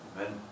Amen